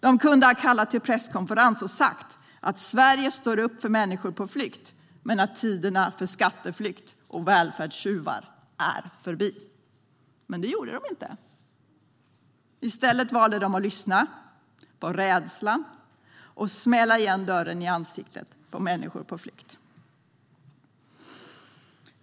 Den kunde ha kallat till presskonferens och sagt att Sverige står upp för människor på flykt men att tiderna för skatteflykt och välfärdstjuvar är förbi. Men det gjorde den inte. I stället valde den att lyssna på rädslan och smälla igen dörren i ansiktet på människor på flykt.